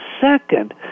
second